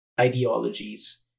ideologies